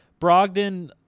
Brogdon